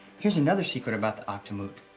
here's another secret about the akdamut.